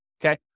Okay